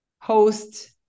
host